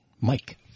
Mike